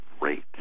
rate